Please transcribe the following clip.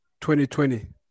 2020